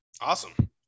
Awesome